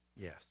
yes